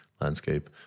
landscape